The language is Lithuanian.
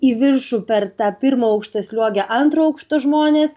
į viršų per tą pirmą aukštą sliuogia antro aukšto žmonės